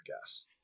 gas